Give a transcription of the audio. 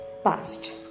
past